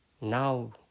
Now